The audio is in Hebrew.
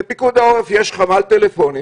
בפיקוד העורף יש חמ"ל טלפוני